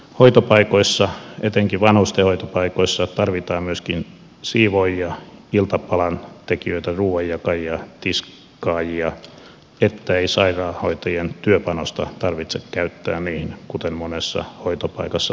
hoitopaikoissa etenkin vanhusten hoitopaikoissa tarvitaan myöskin siivoojia iltapalan tekijöitä ruuan jakajia tiskaajia että sairaanhoitajien työpanosta ei tarvitse käyttää niihin kuten monessa hoitopaikassa valitettavasti tapahtuu